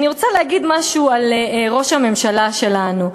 אני רוצה להגיד משהו על ראש הממשלה שלנו,